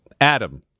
Adam